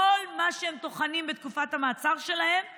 כל מה שהם טוחנים בתקופת המאסר שלהם זה: